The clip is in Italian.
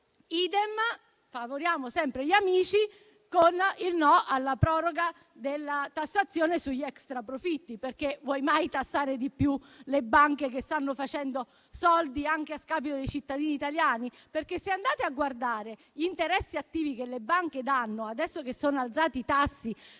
modo, favoriamo sempre gli amici con il no alla proroga della tassazione sugli extraprofitti. Vuoi mai tassare di più le banche che stanno facendo soldi anche a scapito dei cittadini italiani? Se andate a guardare gli interessi attivi che le banche danno - ora che sono più alti i tassi - sui